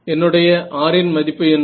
என்னுடைய R இன் மதிப்பு என்ன